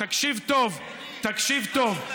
אתה נותן הרצאה, תקשיב טוב.